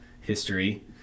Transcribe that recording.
history